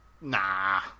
Nah